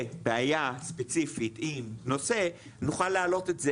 בעיה ספציפית אם נושא נוכל להעלות את זה,